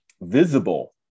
visible